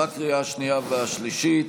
בקריאה השנייה והשלישית.